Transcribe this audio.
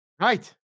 right